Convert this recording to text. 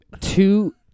two